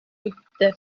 үтте